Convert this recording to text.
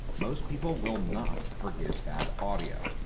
most people will not forgive bad audio.